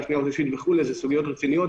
שנייה ושלישית וכו' זה סוגיות רצינות.